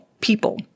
people